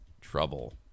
trouble